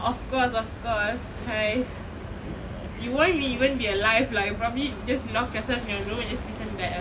of course of course !hais! you won't be even alive lah you probably just lock yourself in the room and just listen to the album